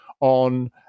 on